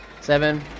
Seven